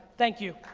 thank you.